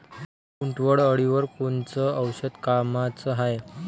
उंटअळीवर कोनचं औषध कामाचं हाये?